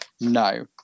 no